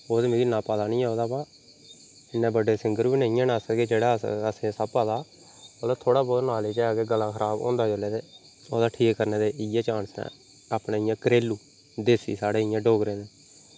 ओह् ते मिगी इन्ना पता नी ऐ ओह्दा बा इन्ने बड्डे सिंगर बी नेईं आं अस कि जेह्ड़ा अस असें सब पता मतलब थोड़ी बोह्त नालेजे ऐ कि गला खराब होंदा जेल्लै ते ओह्दा ठीक करने दे इयै चांस न अपने इयां घरेलू देसी साढ़े इयां डोगरे दे